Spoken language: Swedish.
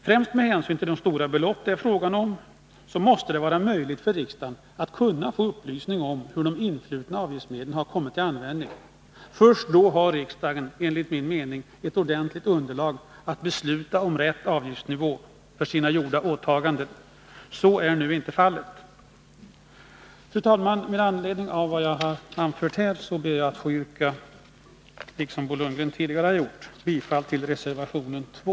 Främst med hänsyn till de stora belopp det är fråga om måste det vara möjligt för riksdagen att kunna få upplysning om hur influtna avgiftsmedel har kommit till användning. Först då har riksdagen enligt min mening ett ordentligt underlag för att besluta om rätt avgiftsnivå för sina gjorda åtaganden. Så är nu inte fallet. Fru talman! Med anledning av vad jag här har anfört ber jag att liksom Bo Lundgren tidigare har gjort få yrka bifall till reservation 2.